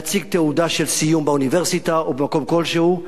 להציג תעודה של סיום באוניברסיטה או במקום כלשהו.